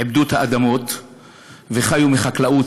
עיבדו את האדמות וחיו מחקלאות,